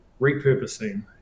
repurposing